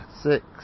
Six